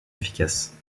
efficace